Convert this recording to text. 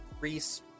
Reese